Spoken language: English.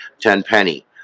Tenpenny